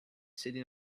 sitting